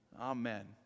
Amen